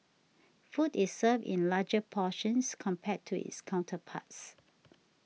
food is served in larger portions compared to its counterparts